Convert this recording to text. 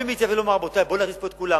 מי אומר: בואו נכניס לפה את כולם.